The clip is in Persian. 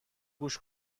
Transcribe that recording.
گوش